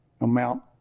amount